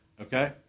okay